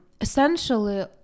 essentially